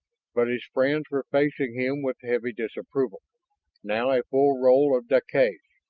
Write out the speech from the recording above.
but his friends were facing him with heavy disapproval now a full row of deklays.